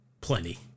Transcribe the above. plenty